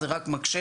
זה רק מקשה.